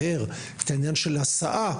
הזכירה את העניין של ההסעה,